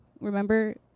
Remember